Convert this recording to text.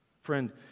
Friend